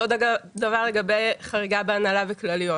אותו דבר לגבי חריגה בהנהלה וכלליות.